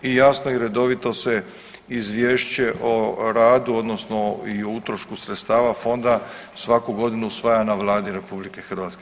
I jasno i redovito se izvješće o radu odnosno i o utrošku sredstava fonda svaku godinu usvaja na Vladi RH.